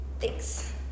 Thanks